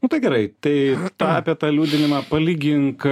nu tai gerai tai tą apie tą liūdinimą palygink